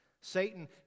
Satan